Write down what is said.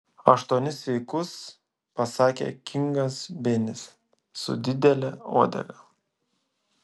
aštuonis sveikus pasakė kingas benis su didele uodega